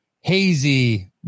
hazy